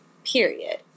period